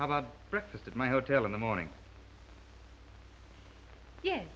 how about breakfast at my hotel in the morning ye